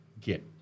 get